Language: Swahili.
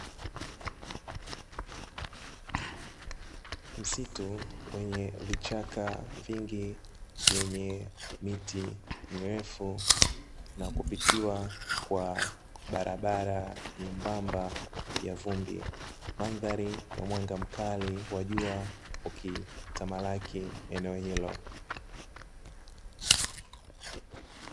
Msitu wenye vichaka vingi vyenye miti mirefu na kupitiwa kwa barabara nyembamba ya vumbi, mandhari ya mwanga mkali wa jua ukitamalaki eneo hilo.